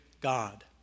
God